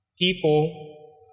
People